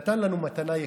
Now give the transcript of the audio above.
נתן לנו מתנה יקרה.